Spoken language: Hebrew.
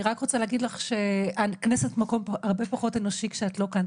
אני רק רוצה להגיד לך שהכנסת מקום הרבה פחות אנושי כשאת לא כאן,